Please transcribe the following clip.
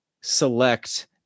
select